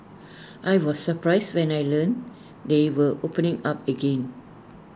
I was surprised when I learnt they were opening up again